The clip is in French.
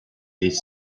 est